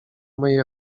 mej